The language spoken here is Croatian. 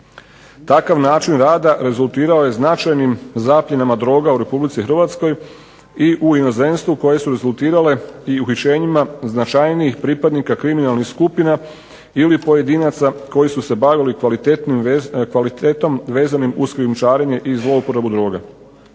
Takav način rada rezultirao je značajnim zapljenama droga u Republici Hrvatskoj i u inozemstvu koje su rezultirale i uhićenjima značajnijih pripadnika kriminalnih skupina ili pojedinaca koji su se bavili kvalitetom vezanim uz krijumčarenje i zlouporabu droga.